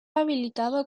habilitado